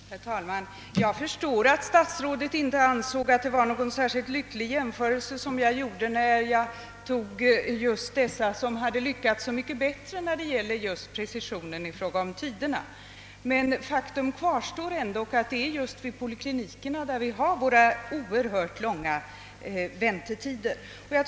Herr talman! Jag förstår att statsrådet inte tycker att det var någon särskilt lämplig jämförelse jag gjorde, när jag talade om dem som hade lyckats så mycket bättre i fråga om precision av tiderna. Men faktum kvarstår ändå att det just är vid poliklinikerna som vi har de oerhört långa väntetiderna.